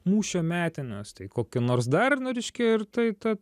mūšio metinės tai koki nors dar nu reiškia ir tai ta